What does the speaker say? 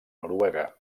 noruega